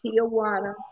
Tijuana